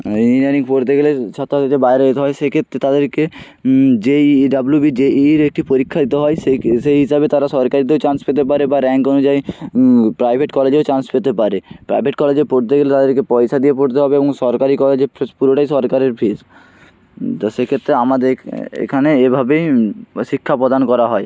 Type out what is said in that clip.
engineering পড়তে গেলে ছাত্রছাত্রীদের বাইরে যেতে হয় সেক্ষেত্রে তাদেরকে JEE W B J E E র একটি পরীক্ষা দিতে হয় সেই সেই হিসাবে তারা সরকারিতেও চান্স পেতে পারে বা র্যাঙ্ক অনুযায়ী প্রাইভেট কলেজেও চান্স পেতে পারে প্রাইভেট কলেজে পড়তে গেলে তাদেরকে পয়সা দিয়ে পড়তে হবে এবং সরকারি কলেজে পুরোটাই সরকারের ফিস তো সেক্ষেত্রে আমাদের এখানে এভাবেই শিক্ষা প্রদান করা হয়